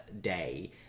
day